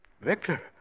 Victor